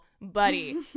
buddy